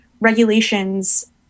regulations